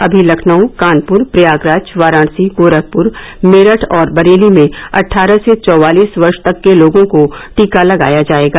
अभी लखनऊ कानपूर प्रयागराज वाराणसी गोरखपूर मेरठ और बरेली में अट्ठारह से चौवालीस वर्ष तक के लोगों को टीका लगाया जाएगा